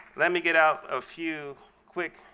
let me get out a few quick